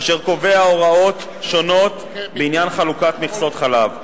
אשר קובע הוראות שונות בעניין חלוקת מכסות חלב.